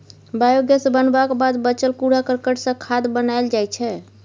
biogas बनबाक बाद बचल कुरा करकट सँ खाद बनाएल जाइ छै